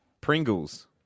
Pringles